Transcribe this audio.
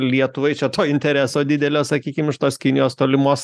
lietuvai čia to intereso didelio sakykim iš tos kinijos tolimos